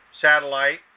satellite